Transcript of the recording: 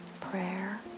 Prayer